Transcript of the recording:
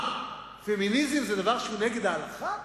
מה, פמיניזם זה דבר שהוא נגד ההלכה?